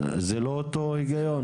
זה לא אותו היגיון?